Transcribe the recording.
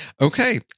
Okay